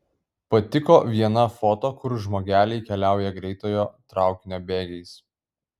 patiko viena foto kur žmogeliai keliauja greitojo traukinio bėgiais